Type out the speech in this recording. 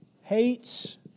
Hates